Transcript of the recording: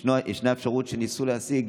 יש אפשרות שניסו להשיג,